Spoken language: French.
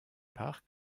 par